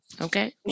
Okay